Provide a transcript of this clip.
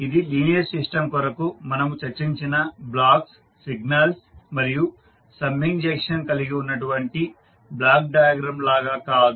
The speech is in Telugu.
ఇది లీనియర్ సిస్టం కొరకు మనము చర్చించిన బ్లాక్స్ సిగ్నల్స్ మరియు సమ్మింగ్ జంక్షన్ కలిగి ఉన్నటువంటి బ్లాక్ డయాగ్రమ్ లాగా కాదు